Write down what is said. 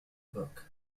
book